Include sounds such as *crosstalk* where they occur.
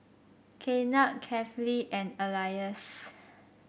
*unintelligible* Kefli and Elyas